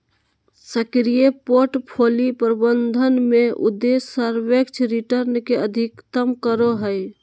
सक्रिय पोर्टफोलि प्रबंधन में उद्देश्य सापेक्ष रिटर्न के अधिकतम करो हइ